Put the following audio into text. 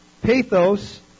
pathos